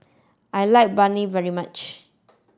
I like Biryani very much